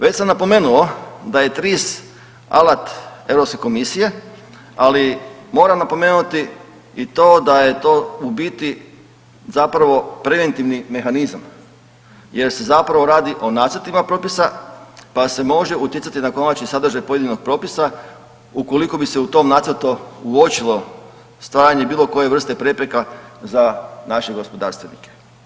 Već sam napomenuo da je TRIS alat Europske komisije, ali moram napomenuti i to da je to u biti zapravo preventivni mehanizam jer se zapravo radi o nacrtima propisa pa se može utjecati na konačan sadržaj pojedinog propisa ukoliko bi se u tom nacrtu uočilo stvaranje bilo koje vrste prepreka za naše gospodarstvenike.